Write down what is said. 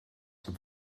have